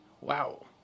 Wow